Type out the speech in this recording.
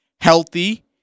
healthy